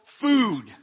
food